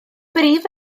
brif